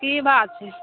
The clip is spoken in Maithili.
की भाव छै